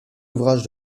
ouvrages